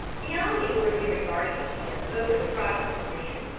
beyond the ordinary guardianship over the progress of man.